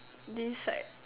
this like